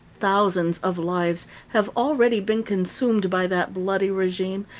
thousands of lives have already been consumed by that bloody regime,